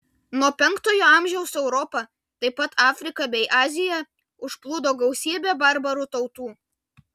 nuo penktojo amžiaus europą taip pat afriką bei aziją užplūdo gausybė barbarų tautų